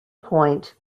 point